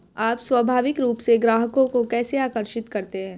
आप स्वाभाविक रूप से ग्राहकों को कैसे आकर्षित करते हैं?